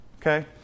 Okay